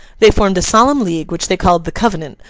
they formed a solemn league, which they called the covenant,